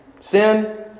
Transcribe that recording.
sin